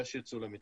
יש יצוא למצרים.